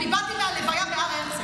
אני באתי מהלוויה בהר הרצל.